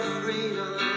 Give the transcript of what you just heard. freedom